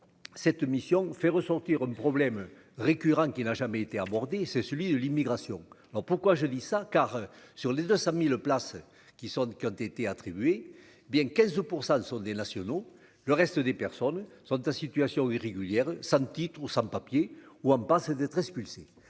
cette mission fait ressortir un problème récurrent, qui n'a jamais été abordé, c'est celui de l'immigration, alors pourquoi je dis ça car sur les 200000 places qui sont, qui ont été attribués bien 15 % sont des nationaux, le reste des personnes sont en situation irrégulière, sans titre ou sans papiers ou en passe d'être expulsés,